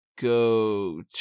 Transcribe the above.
go